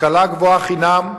השכלה גבוהה חינם,